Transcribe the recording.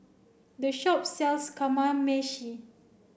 this shop sells Kamameshi